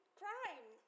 crime